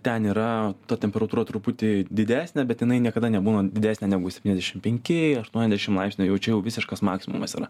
ten yra ta temperatūra truputį didesnė bet jinai niekada nebūna didesnė negu septyniasdešim penki aštuoniadešim laipsnių jau čia jau visiškas maksimumas yra